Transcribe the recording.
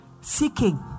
seeking